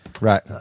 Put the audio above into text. right